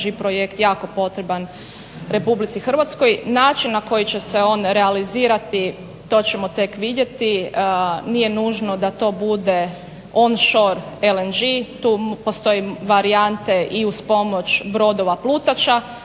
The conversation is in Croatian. LNG projekt jako potreban RH, način na koji će se on realizirati to ćemo tek vidjeti, a nije nužno da to bude on shore LNG. Tu postoje varijante i uz pomoć brodova plutača